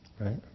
Right